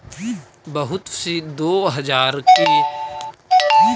बहुत सी दो हजार की खरीदारी करे पर कुछ कूपन दे हई